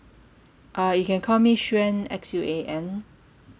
uh you can call me xuan X U A N